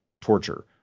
torture